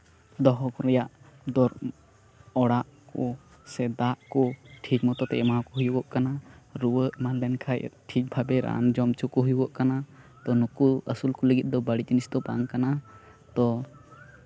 ᱫᱚᱦᱚ ᱠᱚ ᱨᱮᱭᱟᱜ ᱫᱚᱨ ᱚᱲᱟᱜ ᱠᱚ ᱥᱮ ᱫᱟᱜ ᱠᱚ ᱴᱷᱤᱠ ᱢᱚᱛᱚ ᱛᱮ ᱮᱢᱟᱣᱟᱠᱚ ᱦᱩᱭᱩᱜᱚᱜ ᱠᱟᱱᱟ ᱨᱩᱣᱟᱹᱜ ᱮᱢᱟᱱ ᱞᱮᱱ ᱠᱷᱟᱱ ᱴᱷᱤᱠ ᱵᱷᱟᱵᱮ ᱨᱟᱱ ᱡᱚᱢ ᱦᱚᱪᱚ ᱠᱚ ᱦᱩᱭᱩᱜᱚᱜ ᱠᱟᱱᱟ ᱛᱚ ᱱᱩᱠᱩ ᱟᱹᱥᱩᱞ ᱠᱚ ᱞᱟᱹᱜᱤᱫ ᱫᱚ ᱵᱟᱹᱲᱤᱡ ᱡᱤᱱᱤᱥ ᱫᱚ ᱵᱟᱝ ᱠᱟᱱᱟ ᱛᱚ